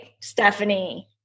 Stephanie